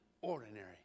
ordinary